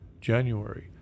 January